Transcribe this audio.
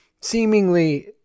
seemingly